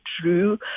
true